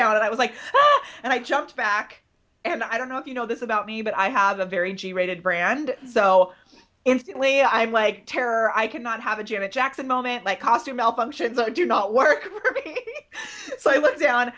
down and i was like well and i jumped back and i don't know if you know this about me but i have a very g rated brand so instantly i'm like terror i could not have a janet jackson moment like costume malfunctions i do not work so i look down